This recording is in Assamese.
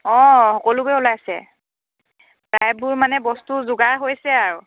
অঁ সকলোবোৰে ওলাইছে প্ৰায়বোৰ মানে বস্তু যোগাৰ হৈছে আৰু